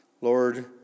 Lord